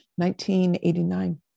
1989